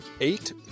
eight